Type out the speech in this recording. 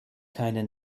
keine